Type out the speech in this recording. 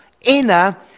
inner